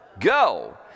Go